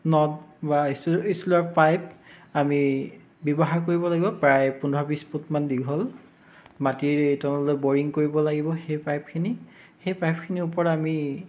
not বা ইছিল ইষ্টিলৰ পাইপ আমি ব্যৱহাৰ কৰিব লাগিব প্ৰায় পোন্ধৰ বিছ ফুটমান দীঘল মাটিৰ তললৈ বৰিং কৰিব লাগিব সেই পাইপখিনি সেই পাইপখিনিৰ ওপৰত আমি